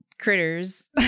critters